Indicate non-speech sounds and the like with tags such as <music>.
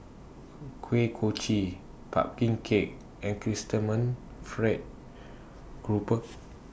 <unintelligible> Kuih Kochi Pumpkin Cake and Chrysanthemum Fried Garoupa